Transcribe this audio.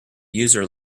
user